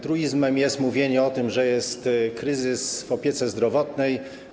Truizmem jest mówienie o tym, że jest kryzys w opiece zdrowotnej.